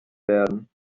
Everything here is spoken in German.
werden